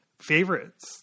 favorites